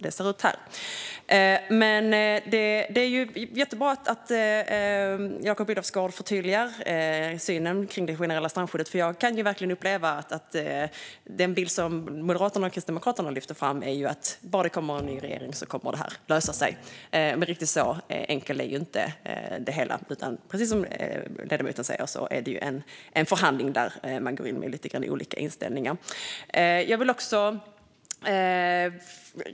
Det är jättebra att Jakob Olofsgård förtydligar synen på det generella strandskyddet. Jag kan uppleva att den bild som Moderaterna och Kristdemokraterna lyfter fram är att det kommer att lösa sig bara det kommer en ny regering. Men riktigt så enkelt är inte det hela. Precis som ledamoten säger är det en förhandling där man går in med lite olika inställningar.